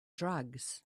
drugs